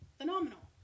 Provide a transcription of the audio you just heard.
phenomenal